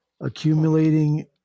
accumulating